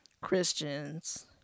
christians